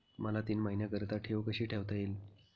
मला तीन महिन्याकरिता ठेव कशी ठेवता येईल?